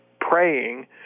praying